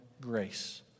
grace